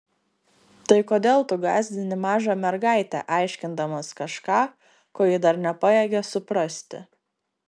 tai kodėl tu gąsdini mažą mergaitę aiškindamas kažką ko ji dar nepajėgia suprasti